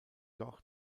dort